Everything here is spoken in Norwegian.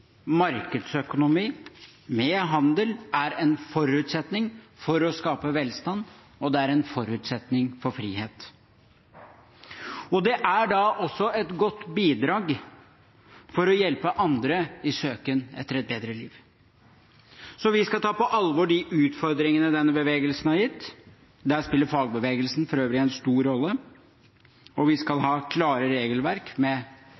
markedsøkonomi, med handel er en forutsetning for å skape velstand, og det er en forutsetning for frihet. Det er også et godt bidrag for å hjelpe andre i deres søken etter et bedre liv. Vi skal ta på alvor de utfordringene denne bevegelsen har gitt. Her spiller for øvrig fagbevegelsen en stor rolle. Vi skal ha klare regelverk, med